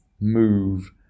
move